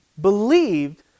believed